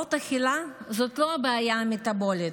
הפרעות אכילה זאת לא הבעיה המטבולית,